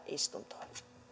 istuntoon